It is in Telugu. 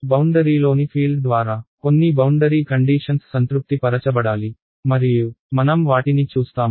బౌండరీలోని ఫీల్డ్ ద్వారా కొన్ని బౌండరీ కండీషన్స్ సంతృప్తి పరచబడాలి మరియు మనం వాటిని చూస్తాము